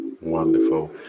Wonderful